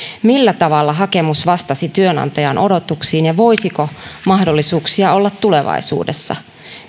millä tavalla hakemus vastasi työnantajan odotuksiin ja voisiko mahdollisuuksia olla tulevaisuudessa